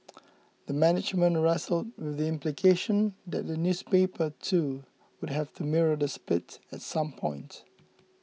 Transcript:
the management wrestled with the implication that the newspaper too would have to mirror the split at some point